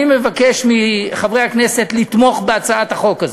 אני מבקש מחברי הכנסת לתמוך בהצעת החוק הזאת.